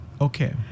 okay